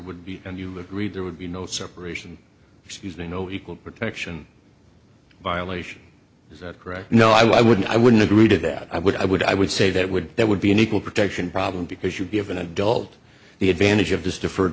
would be a new look read there would be no separation excuse me no equal protection violation is that correct no i wouldn't i wouldn't agree to that i would i would i would say that would that would be an equal protection problem because you give an adult the advantage of this defer